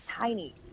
tiny